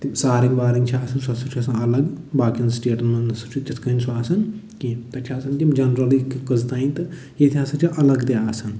تِم سارنٛگ وارنٛگ چھِ آسان سُہ سا چھُ آسان اَلگ باقین سِٹیٹَن منٛز نسا چھُ سُہ تِتھٕ کٔنۍ سُہ آسان کیٚنٛہہ تَتہِ چھُ آسان تِم جنرٔلی تِم کٔژ تانۍ تہٕ ییٚتہِ ہسا چھِ اَلگ تہِ آسان